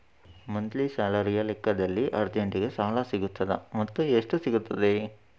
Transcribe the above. Monthly ಸ್ಯಾಲರಿಯ ಲೆಕ್ಕದಲ್ಲಿ ಅರ್ಜೆಂಟಿಗೆ ಸಾಲ ಸಿಗುತ್ತದಾ ಮತ್ತುಎಷ್ಟು ಸಿಗುತ್ತದೆ?